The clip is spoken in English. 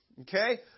Okay